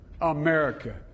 America